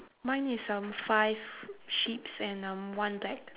mine is um five sheeps and um one black